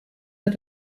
hat